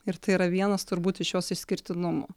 ir tai yra vienas turbūt iš jos išskirtinumų